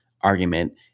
argument